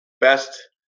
best